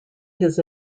his